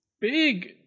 Big